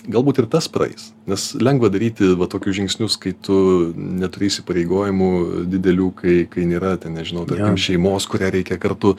galbūt ir tas praeis nes lengva daryti va tokius žingsnius kai tu neturi įsipareigojimų didelių kai kai nėra ten nežinau tarkim šeimos kurią reikia kartu